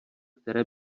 které